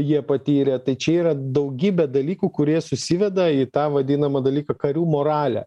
jie patyrė tai čia yra daugybė dalykų kurie susiveda į tą vadinamą dalyką karių moralę